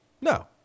No